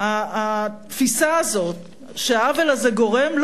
התפיסה הזאת שהעוול הזה גורם,